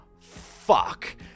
fuck